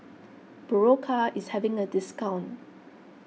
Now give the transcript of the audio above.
Berocca is having a discount